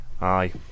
aye